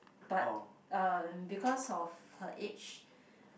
but uh because of her age